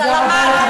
סלמאת.